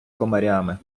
комарями